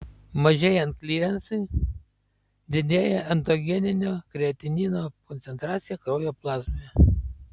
mažėjant klirensui didėja endogeninio kreatinino koncentracija kraujo plazmoje